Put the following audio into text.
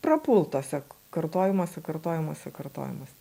prapult tuose kartojimosi kartojimosi kartojimosi